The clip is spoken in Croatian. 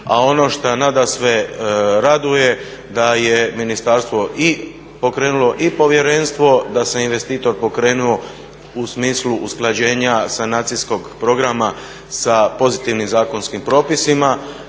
A ono što nadasve raduje da je ministarstvo pokrenulo i povjerenstvo da se investitor pokrenuo u smislu usklađenja sanacijskog programa sa pozitivnim zakonskim propisima